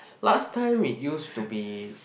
last time it used to be